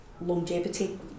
longevity